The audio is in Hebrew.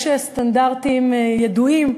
יש סטנדרטים ידועים,